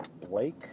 Blake